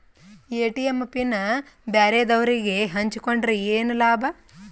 ATM pin ಬ್ಯಾರೆದವರಗೆ ಹಂಚಿಕೊಂಡರೆ ಏನು ಲಾಭ?